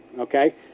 okay